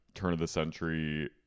turn-of-the-century